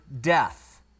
death